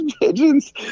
pigeons